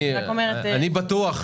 אני רק אומרת --- אני בטוח,